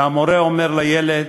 והמורה אומר לילד: